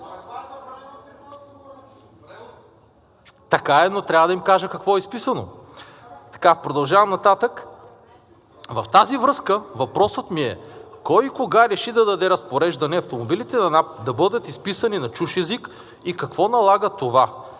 Така е, но трябва да им кажа какво е изписано. Така, продължавам нататък. В тази връзка въпросът ми е: кой и кога реши да даде разпореждане автомобилите на НАП да бъдат надписани на чужд език и какво налага това?